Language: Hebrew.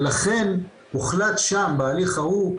ולכן, הוחלט שם בהליך ההוא.